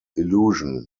illusion